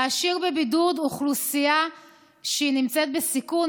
להשאיר בבידוד אוכלוסייה שנמצאת בסיכון,